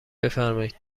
بفرمایید